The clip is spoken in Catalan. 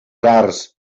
rars